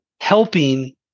helping